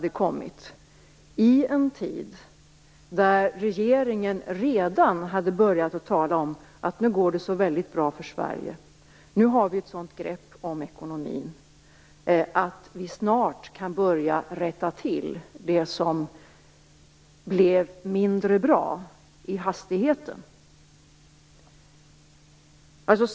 Det kom i en tid där regeringen redan hade börjat tala att det nu går så väldigt bra för Sverige: Nu har vi ett sådant grepp om ekonomin att vi snart kan börja att rätta till det som blev mindre bra i hastigheten.